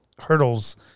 hurdles